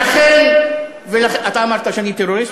טרוריסט